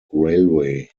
railway